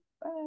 Bye